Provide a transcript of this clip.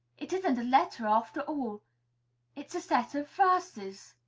it isn't a letter, after all it's a set of verses.